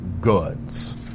goods